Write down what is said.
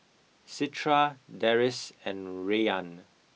Citra Deris and Rayyan